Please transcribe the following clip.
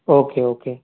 okay okay